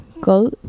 go